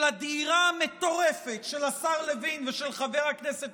של הדהירה המטורפת של השר לוין ושל חבר הכנסת